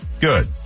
Good